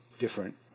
different